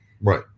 Right